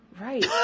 right